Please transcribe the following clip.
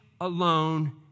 alone